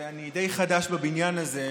ואני די חדש בבניין הזה,